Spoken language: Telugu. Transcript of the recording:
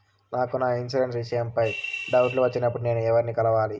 నాకు నా ఇన్సూరెన్సు విషయం పై డౌట్లు వచ్చినప్పుడు నేను ఎవర్ని కలవాలి?